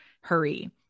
hurry